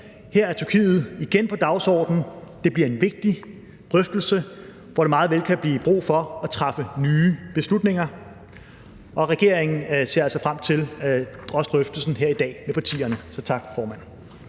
Her er Tyrkiet igen på dagsordenen. Det bliver en vigtig drøftelse, hvor der meget vel kan blive brug for at træffe nye beslutninger. Regeringen ser også frem til drøftelsen her i dag med partierne. Tak, formand.